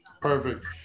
Perfect